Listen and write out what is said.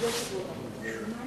זכר צדיק לברכה, כשהוא הלך